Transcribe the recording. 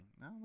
No